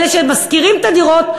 אלה ששוכרים את הדירות,